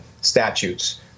statutes